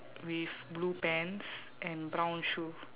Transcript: with blue pants and brown shoe